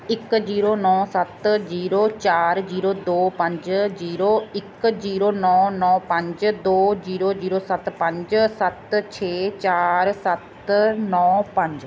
ਇੱਕ ਜੀਰੋ ਨੌ ਸੱਤ ਜੀਰੋ ਚਾਰ ਜੀਰੋ ਦੋ ਪੰਜ ਜੀਰੋ ਇੱਕ ਜੀਰੋ ਨੌ ਨੌ ਪੰਜ ਦੋ ਜੀਰੋ ਜੀਰੋ ਸੱਤ ਪੰਜ ਸੱਤ ਛੇ ਚਾਰ ਸੱਤ ਨੌ ਪੰਜ